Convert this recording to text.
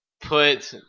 put